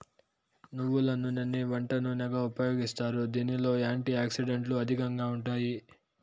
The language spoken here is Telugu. నువ్వుల నూనెని వంట నూనెగా ఉపయోగిస్తారు, దీనిలో యాంటీ ఆక్సిడెంట్లు అధికంగా ఉంటాయి